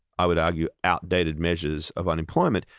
i would argue, outdated measures of unemployment,